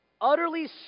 Utterly